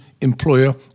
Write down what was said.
employer